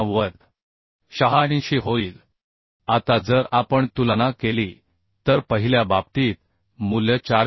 86 होईल आता जर आपण तुलना केली तर पहिल्या बाबतीत मूल्य 426